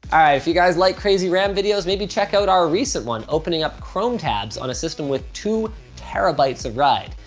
um right, if you guys like crazy ram videos, maybe check out our recent one, opening up chrome tabs on a system with two terabytes of ride.